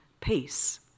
peace